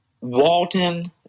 Walton –